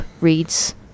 reads